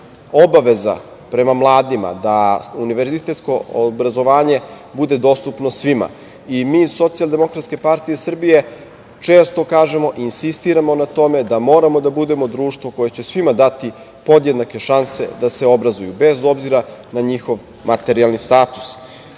obaveza prema mladima da univerzitetsko obrazovanje bude dostupno svima. Mi iz SDPS često kažemo i insistiramo na tome da moramo da budemo društvo koje će svima dati podjednake šanse da se obrazuju, bez obzira na njihov materijalni status. Ovakve